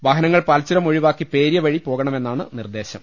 വാഹനങ്ങൾ പാൽച്ചുരം ഒഴിവാക്കി പേര്യ വഴി പോക ണമെന്നാണ് നിർദേശം